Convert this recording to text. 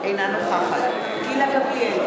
אינה נוכחת גילה גמליאל,